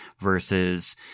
versus